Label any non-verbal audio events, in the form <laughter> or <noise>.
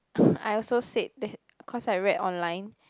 <breath> I also said that cause I read online